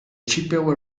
chippewa